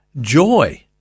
joy